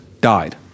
died